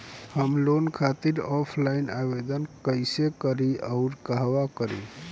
हम लोन खातिर ऑफलाइन आवेदन कइसे करि अउर कहवा करी?